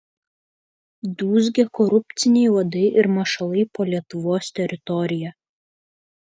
dūzgia korupciniai uodai ir mašalai po lietuvos teritoriją